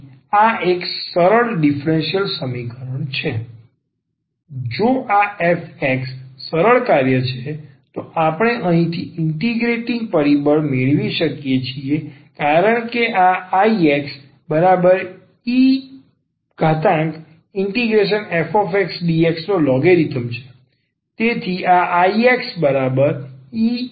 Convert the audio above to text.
તેથી આ એક સરળ ડીફરન્સીયલ સમીકરણ છે જો આ f x સરળ કાર્ય છે તો આપણે અહીંથી આ ઇન્ટિગરેટિંગ પરિબળ મેળવી શકીએ છીએ કારણ કે આ Ixefxdx નો લોગરીધમ છે